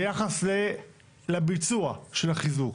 ביחס לביצוע של החיזוק.